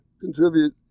contribute